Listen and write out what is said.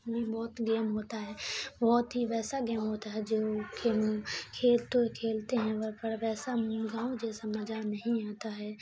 میں بہت گیم ہوتا ہے بہت ہی ویسا گیم ہوتا ہے جو کھیل تو کھیلتے ہیں ور پر ویسا گاؤں جیسا مجہ نہیں آتا ہے